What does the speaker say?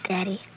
Daddy